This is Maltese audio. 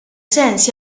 sens